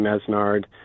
Mesnard